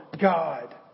God